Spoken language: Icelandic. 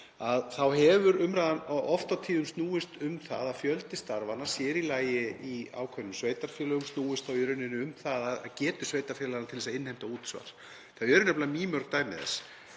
— hefur oft á tíðum snúist um það að fjöldi starfanna, sér í lagi í ákveðnum sveitarfélögum, snúist í rauninni um getu sveitarfélaganna til þess að innheimta útsvar. Þau eru nefnilega mýmörg dæmin um